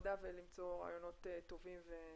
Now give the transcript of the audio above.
העבודה ולמצוא רעיונות טובים.